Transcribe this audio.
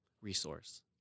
resource